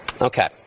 Okay